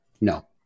No